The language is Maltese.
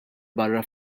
barra